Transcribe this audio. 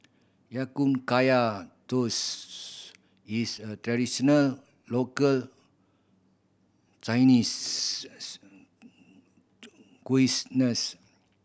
Ya Kun Kaya Toast is a traditional local Chinese nurse